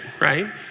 right